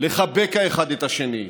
לחבק האחד את השני.